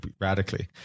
radically